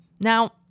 Now